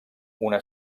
una